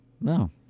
No